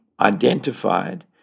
identified